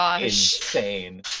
insane